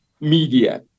media